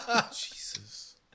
Jesus